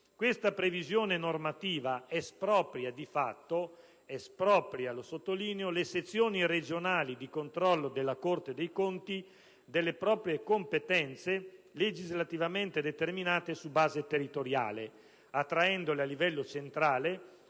Questa previsione normativa espropria di fatto - espropria, lo sottolineo - le sezioni regionali di controllo della Corte dei conti delle proprie competenze legislativamente determinate su base territoriale, attraendole a livello centrale